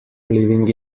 living